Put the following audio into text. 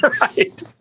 right